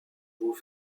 beau